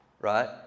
Right